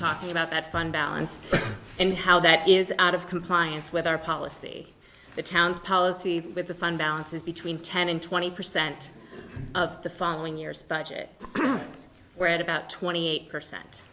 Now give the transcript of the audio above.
talking about that fund balance and how that is out of compliance with our policy the town's policy with the fund balances between ten and twenty percent of the following years budget where at about twenty eight percent